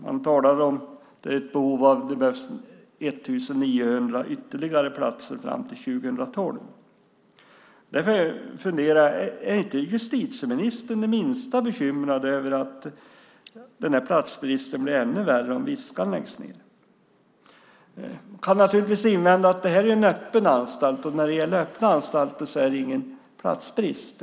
Man talar om att det behövs ytterligare 1 900 platser fram till 2012. Därför undrar jag om inte justitieministern är det minsta bekymrad för att den här platsbristen blir ännu värre om Viskan läggs ned. Man kan naturligtvis invända att detta är en öppen anstalt, och det är ingen platsbrist när det gäller öppna anstalter.